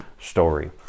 story